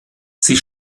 sie